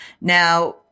Now